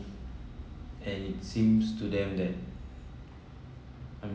and it seems to them that I'm